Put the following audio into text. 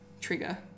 trigger